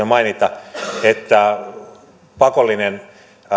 mainita että pakollinen